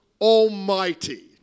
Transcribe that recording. Almighty